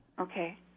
Okay